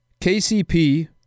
KCP